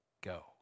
go